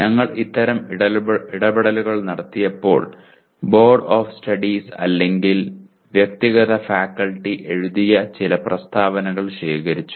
ഞങ്ങൾ അത്തരം ഇടപെടലുകൾ നടത്തിയപ്പോൾ ബോർഡ്സ് ഓഫ് സ്റ്റഡീസ് അല്ലെങ്കിൽ വ്യക്തിഗത ഫാക്കൽറ്റി എഴുതിയ ചില പ്രസ്താവനകൾ ശേഖരിച്ചു